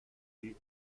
von